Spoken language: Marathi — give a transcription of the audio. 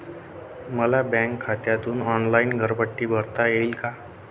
मला बँक खात्यातून ऑनलाइन घरपट्टी भरता येईल का?